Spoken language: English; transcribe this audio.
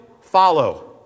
follow